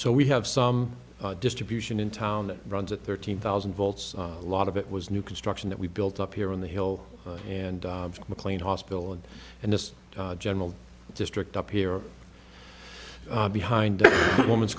so we have some distribution in town that runs at thirteen thousand volts a lot of it was new construction that we built up here on the hill and mclean hospital and and this general district up here behind the woman's